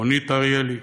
רונית אריאלי,